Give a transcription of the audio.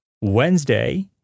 Wednesday